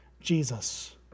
Jesus